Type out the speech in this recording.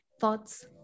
thoughts